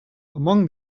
among